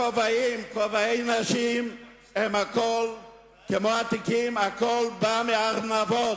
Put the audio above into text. כובעי נשים הם כמו התיקים, הכול בא מארנבות.